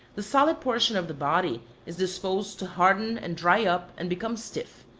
the solid portion of the body is disposed to harden and dry up and become stiff,